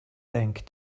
bank